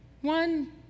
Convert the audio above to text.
one